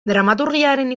dramaturgiaren